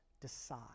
decide